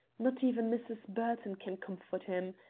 not even mrs. burton can comfort him.